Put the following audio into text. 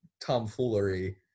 tomfoolery